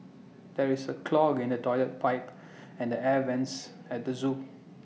there is A clog in the Toilet Pipe and the air Vents at the Zoo